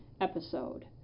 episode